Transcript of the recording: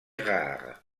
rare